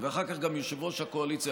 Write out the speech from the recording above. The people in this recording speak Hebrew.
ואחר כאן גם יושב-ראש הקואליציה,